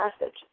message